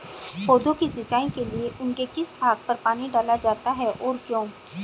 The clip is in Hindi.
पौधों की सिंचाई के लिए उनके किस भाग पर पानी डाला जाता है और क्यों?